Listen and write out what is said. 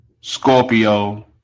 Scorpio